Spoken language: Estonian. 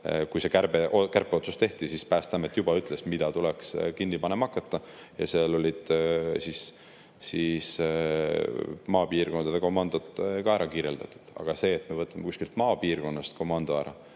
kui see kärpeotsus tehti. Siis Päästeamet juba ütles, mida tuleks kinni panema hakata, ja seal olid ka maapiirkondade komandod ära kirjeldatud. Aga see, et me võtame kuskilt maapiirkonnast komando ära,